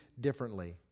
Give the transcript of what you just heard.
differently